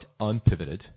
unpivoted